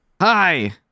Hi